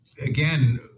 again